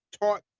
taught